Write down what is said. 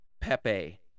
Pepe